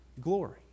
glory